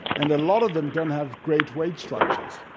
and a lot of them don't have great wage structures.